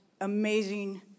amazing